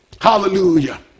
Hallelujah